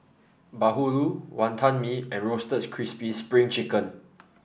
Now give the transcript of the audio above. bahulu Wantan Mee and Roasted Crispy Spring Chicken